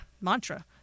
mantra